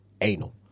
anal